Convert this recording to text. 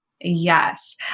Yes